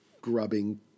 grubbing